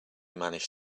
manage